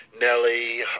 Nelly